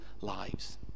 lives